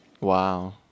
Wow